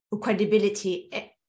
credibility